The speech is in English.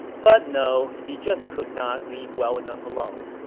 but no, he just could not leave well enough alone